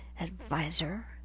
advisor